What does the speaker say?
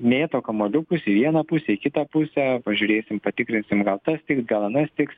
mėto kamuoliukus į vieną pusę į kitą pusę pažiūrėsim patikrinsim gal tas tiks gal anas tiks